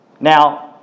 Now